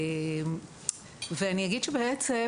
אני אגיד שבעצם